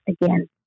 again